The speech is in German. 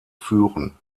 führen